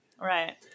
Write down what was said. Right